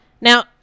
Now